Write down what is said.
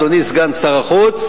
אדוני סגן החוץ,